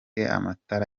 amatara